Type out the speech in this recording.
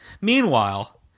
Meanwhile